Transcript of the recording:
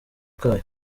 kayo